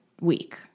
week